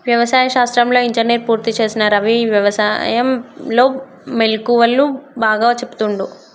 వ్యవసాయ శాస్త్రంలో ఇంజనీర్ పూర్తి చేసిన రవి వ్యసాయం లో మెళుకువలు బాగా చెపుతుండు